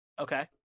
Okay